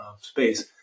space